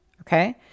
Okay